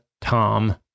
Tom